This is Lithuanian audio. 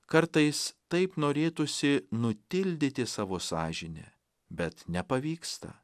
kartais taip norėtųsi nutildyti savo sąžinę bet nepavyksta